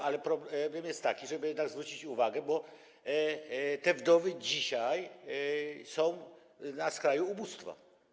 Natomiast problem jest taki, żeby jednak zwrócić na to uwagę, bo te wdowy dzisiaj są na skraju ubóstwa.